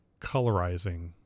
colorizing